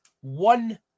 one